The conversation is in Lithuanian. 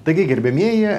taigi gerbiamieji